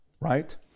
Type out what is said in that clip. right